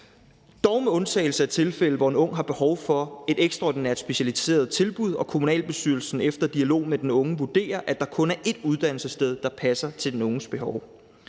dog med undtagelse af tilfælde, hvor en ung har behov for et ekstraordinært specialiseret tilbud og kommunalbestyrelsen efter dialog med den unge vurderer, at der kun er ét uddannelsessted, der passer til den unges behov.